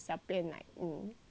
in class